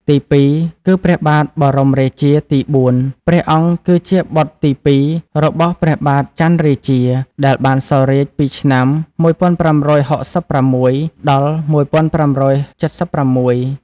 ទីពីរគឺ ព្រះបាទបរមរាជាទី៤ ព្រះអង្គគឺជាបុត្រទី២ របស់ព្រះបាទចន្ទរាជា ដែលបានសោយរាជ្យពីឆ្នាំ ១៥៦៦ ដល់ ១៥៧៦។